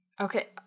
okay